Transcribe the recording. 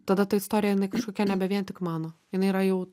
tada ta istorija jinai kažkokia nebe vien tik mano jinai yra jau